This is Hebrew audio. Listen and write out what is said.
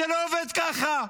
זה לא עובד ככה.